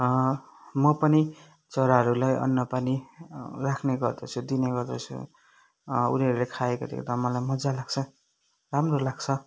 म पनि चराहरूलाई अन्न पानी राख्ने गर्दछु दिने गर्दछु उनीहरूले खाएको देख्दा मलाई मजा लाग्छ राम्रो लाग्छ